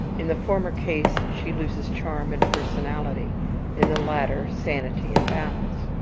in the former case, she loses charm and personality in the latter, sanity and balance.